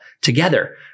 together